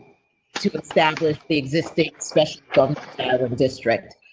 to but establish the existing special but sort of district